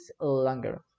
longer